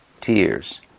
tears